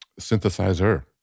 Synthesizer